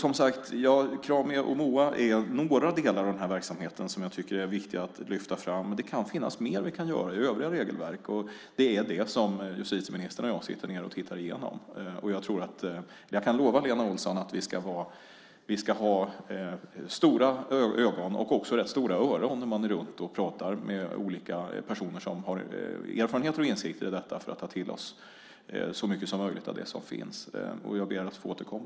Krami och MOA är några delar av den här verksamheten som jag tycker är viktig att lyfta fram. Det kan finnas mer vi kan göra i övriga regelverk. Det är det som justitieministern och jag sitter ned och tittar igenom. Jag kan lova Lena Olsson att vi ska ha stora ögon och också rätt stora öron när vi pratar med olika personer som har erfarenheter och insikter i detta för att ta till oss så mycket som möjligt av det som finns. Jag ber att få återkomma.